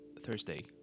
Thursday